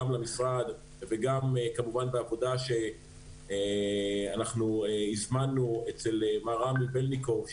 למשרד וגם בעבודה שאנחנו הזמנו אצל מר רמי בלניקוב,